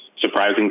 surprising